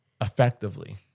effectively